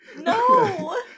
No